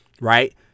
right